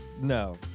No